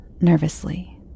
nervously